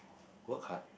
work hard